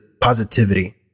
positivity